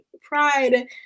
pride